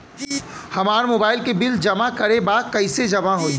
हमार मोबाइल के बिल जमा करे बा कैसे जमा होई?